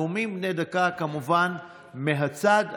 נאומים בני דקה, כמובן, מהצד.